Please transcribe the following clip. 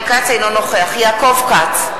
אינו נוכח יעקב כץ,